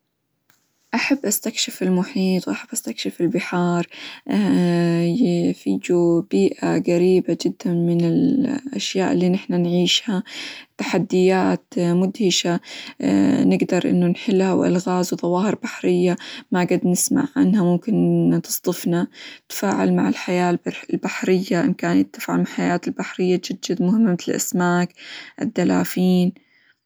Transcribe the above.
أحب استكشف المحيط، وأحب استكشف البحار بيئة قريبة جدًا من الأشياء اللي نحنا نعيشها، تحديات مدهشة نقدر إنه نحلها، وألغاز وظواهر بحرية ما قد نسمع عنها ممكن تصدفنا، نتفاعل مع الحياة -البر- البحرية، إمكانية تفهم حياة البحرية جد جد مهمة مثل: الأسماك، الدلافين.